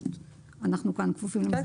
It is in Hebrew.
אנחנו כאן כפופים למשרד